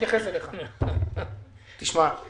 לא מתעסק בקיפוח שלהם